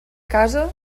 casa